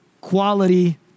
quality